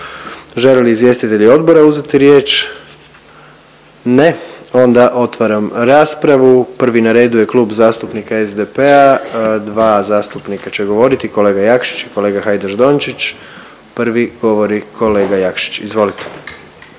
Žele li izvjestitelji odbora uzeti riječ? Ne, onda otvaram raspravu. Prvi na redu je Klub zastupnika SDP-a, dva zastupnika će govoriti kolega Jakšić i kolega Hajdaš Dončić, prvi govori kolega Jakšić. Izvolite.